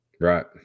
Right